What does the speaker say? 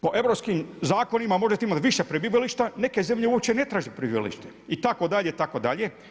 Po europskim zakonima možete imati više prebivališta, neke zemlje uopće ne traže prebivalište itd., itd.